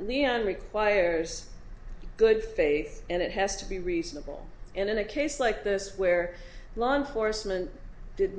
leon requires good faith and it has to be reasonable and in a case like this where law enforcement did